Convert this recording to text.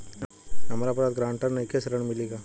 हमरा पास ग्रांटर नईखे ऋण मिली का?